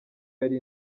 yari